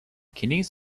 kidneys